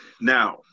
Now